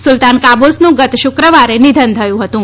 સુલતાન કાબૂસનું ગત શુક્રવારે નિધન થયું હતું